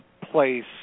place